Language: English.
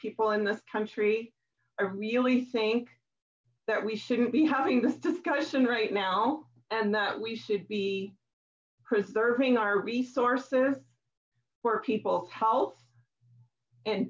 people in this country i really think that we shouldn't be having this discussion right now and that we should be preserving our resources for people's health and